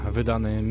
Wydany